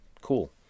cool